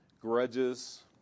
grudges